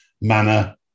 manner